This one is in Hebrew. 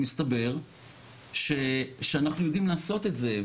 מסתבר שאנחנו יודעים לעשות את זה,